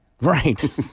Right